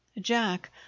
jack